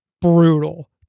brutal